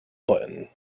button